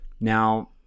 Now